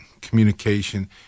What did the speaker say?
communication